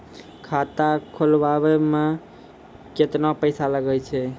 खाता खोलबाबय मे केतना पैसा लगे छै?